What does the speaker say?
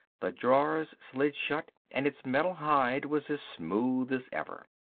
the drawers slid shut and its metal hide was as smooth as ever.